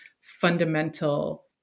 fundamental